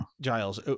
Giles